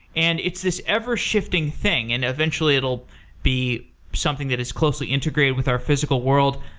and it's this ever-shifting thing, and eventually it will be something that is closely integrated with our physical world.